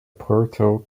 puerto